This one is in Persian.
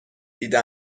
دیده